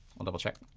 i'll double check.